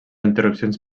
interrupcions